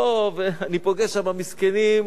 אני פוגש שם מסכנים,